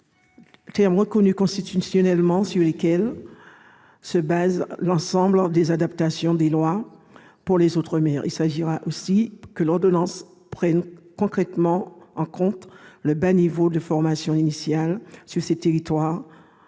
termes reconnus constitutionnellement et sur lesquels se fondent l'ensemble des adaptations législatives pour les outre-mer. Il s'agira de faire en sorte que l'ordonnance prenne concrètement en compte le bas niveau de formation initiale sur ces territoires,